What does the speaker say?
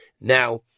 now